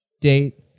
Date